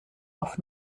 auf